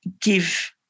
give